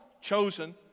chosen